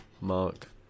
Mark